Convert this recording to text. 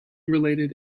related